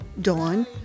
Dawn